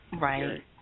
Right